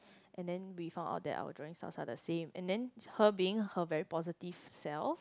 and then we found out that our drawing draft are the same and then her being her very positive self